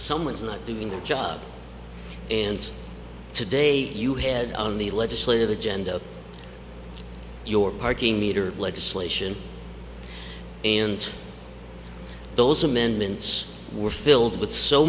someone's not doing their job and today you head on the legislative agenda of your parking meter legislation and those amendments were filled with so